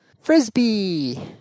Frisbee